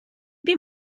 bir